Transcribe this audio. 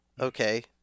okay